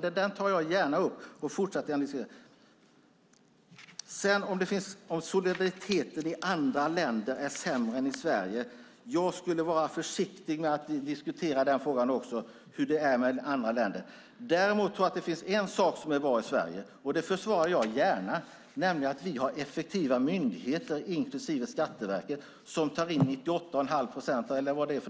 Den diskussionen fortsätter jag gärna. Är solidariteten i andra länder sämre än i Sverige? Jag skulle vara försiktig med att diskutera frågan om hur det är med andra länder. Däremot tror jag att det finns en sak som är bra i Sverige - och det försvarar jag gärna - nämligen att vi har effektiva myndigheter, inklusive Skatteverket, som tar in 98 1⁄2 procent, eller